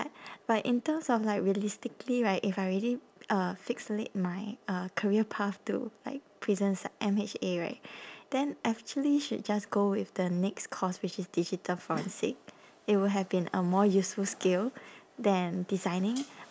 but in terms of like realistically right if I already uh fixate my uh career path to like prisons uh M_H_A right then actually should just go with the next course which is digital forensic it would have been a more useful skill than designing